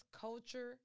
culture